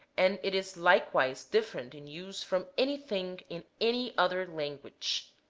and it is likewise different in use from any thing in any other language.